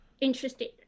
interested